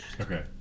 Okay